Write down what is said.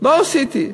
לא עשיתי,